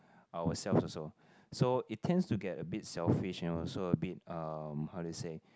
ourselves also so it tends to get a bit selfish and also a bit uh how to say